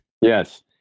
yes